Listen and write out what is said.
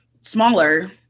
smaller